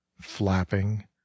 flapping